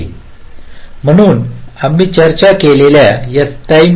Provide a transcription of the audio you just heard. म्हणून आम्ही चर्चा केलेल्या या टाईम आहेत